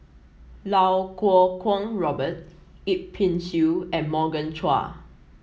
Iau Kuo Kwong Robert Yip Pin Xiu and Morgan Chua